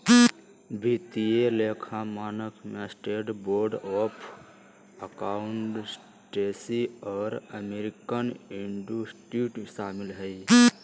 वित्तीय लेखा मानक में स्टेट बोर्ड ऑफ अकाउंटेंसी और अमेरिकन इंस्टीट्यूट शामिल हइ